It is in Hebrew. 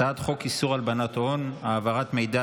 הצעת חוק איסור הלבנת הון (העברת מידע